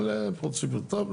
אבל רוצים אותם?